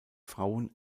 frauen